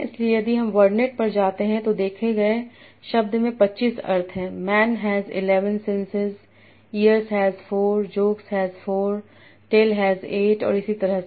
इसलिए यदि हम वर्डनेट पर जाते हैं तो देखा गए शब्द में 25 अर्थ हैं man has 11 senses ears has 4 jokes has four tail has 8 और इसी तरह से